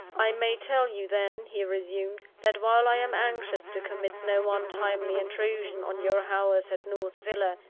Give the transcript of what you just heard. i may tell you then, he resumed, that while i am anxious to commit no untimely intrusion on your hours at north villa,